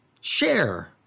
share